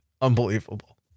unbelievable